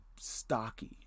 stocky